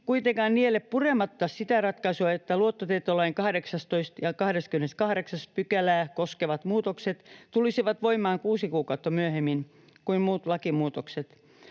kuitenkaan niele purematta sitä ratkaisua, että luottotietolain 18 ja 28 §:ää koskevat muutokset tulisivat voimaan kuusi kuukautta myöhemmin kuin muut lakimuutokset.